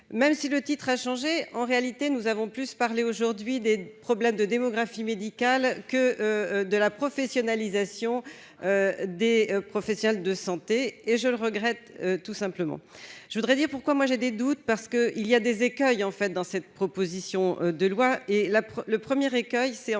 même si le titre a changé, en réalité, nous avons plus parler aujourd'hui des problèmes de démographie médicale que de la professionnalisation des professionnels de santé et je le regrette, tout simplement, je voudrais dire pourquoi moi j'ai des doutes parce que il y a des écailles, en fait, dans cette proposition de loi et là le 1er recueil, c'est en